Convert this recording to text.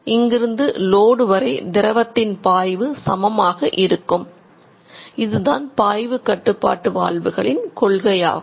இங்கிருந்து லோடு ஆகும்